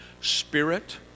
Spirit